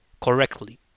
correctly